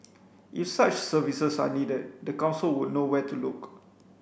if such services are needed the council would know where to look